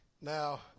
Now